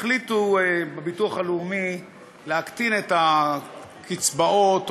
החליטו בביטוח הלאומי להקטין את הקצבאות,